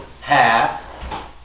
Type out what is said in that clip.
half